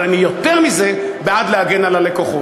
אבל אני יותר מזה בעד להגן על הלקוחות.